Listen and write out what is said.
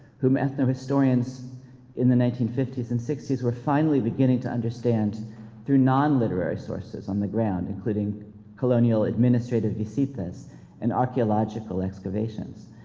whom ethnohistorians in the nineteen fifty s and sixty s were finally beginning to understand through non-literary sources on the ground, including colonial administrative visitas and archeological excavations.